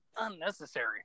unnecessary